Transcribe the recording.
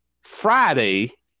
Friday